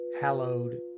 hallowed